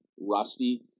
rusty